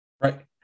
right